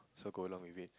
so go along with it